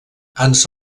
ans